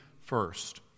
first